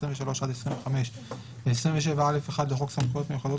23 עד 25 ו־27(א)(1) לחוק סמכויות מיוחדות